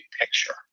picture